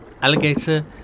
alligator